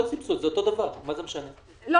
כל